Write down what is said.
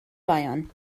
bayern